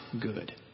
good